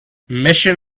mission